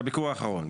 מהביקור האחרון.